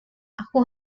aku